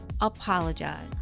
apologize